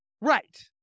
right